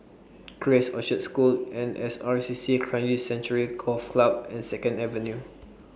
Grace Orchard School N S R C C Kranji Sanctuary Golf Club and Second Avenue